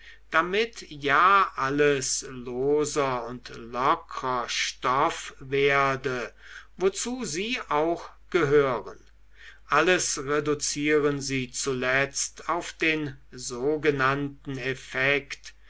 damit ja alles loser und lockrer stoff werde wozu sie auch gehören alles reduzieren sie zuletzt auf den sogenannten effekt